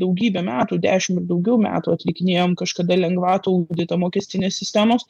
daugybę metų dešim ir daugiau metų atlikinėjom kažkada lengvatų auditą mokestinės sistemos